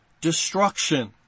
destruction